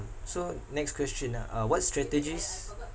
so next question ah uh what strategies